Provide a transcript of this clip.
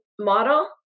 model